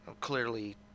Clearly